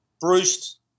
Bruce